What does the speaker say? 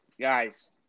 guys